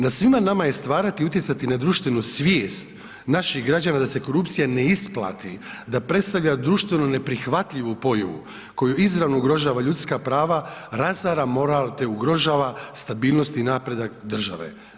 Na svima nama je stvarati i utjecati na društvenu svijet, naših građana, da se korupcija ne isplati, da predstavlja društvenu neprihvatljivu boju, koja izravno ugrožava ljudska prava, razara moral te ugrožava stabilnosti i napredak države.